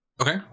okay